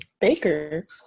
Baker